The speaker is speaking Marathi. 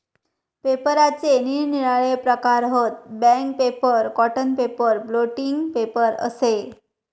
पेपराचे निरनिराळे प्रकार हत, bank paper, cotton paper, blotting paper अशे